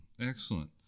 Excellent